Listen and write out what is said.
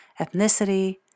ethnicity